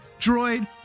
Droid